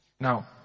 Now